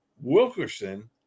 Wilkerson